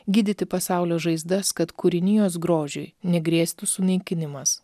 gydyti pasaulio žaizdas kad kūrinijos grožiui negrėstų sunaikinimas